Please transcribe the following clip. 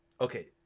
Okay